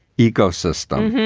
ecosystem.